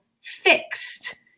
fixed